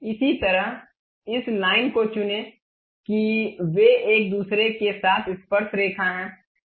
इसी तरह इस लाइन को चुनें कि वे एक दूसरे के साथ स्पर्शरेखा हैं